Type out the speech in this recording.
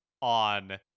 on